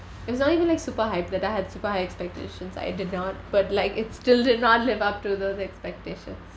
it's not even like super hyped that I had super high expectations I did not but like it's still did not live up to the expectations